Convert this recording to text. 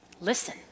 Listen